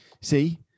see